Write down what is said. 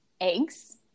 eggs